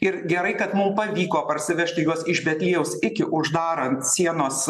ir gerai kad mum pavyko parsivežti juos iš betliejaus iki uždarant sienos